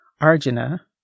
Arjuna